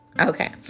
Okay